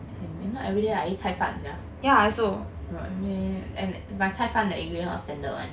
same if not everyday I eat 菜饭 sia oh man and my 菜饭的 ingredients all standard [one]